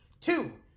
Two